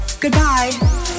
goodbye